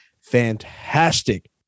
fantastic